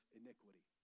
iniquity